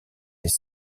les